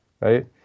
right